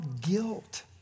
guilt